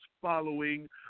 Following